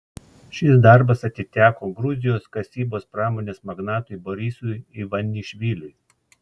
šis darbas atiteko gruzijos kasybos pramonės magnatui borisui ivanišviliui